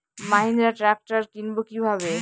Mahindra tractor কিনবো কি ভাবে?